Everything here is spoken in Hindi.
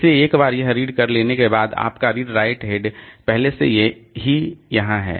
इसलिए एक बार यह रीड कर लेने के बाद आपका रीड राइट हेड पहले से ही यहाँ है